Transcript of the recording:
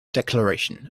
declaration